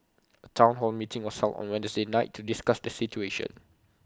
A Town hall meeting was held on Wednesday night to discuss the situation